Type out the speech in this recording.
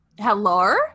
hello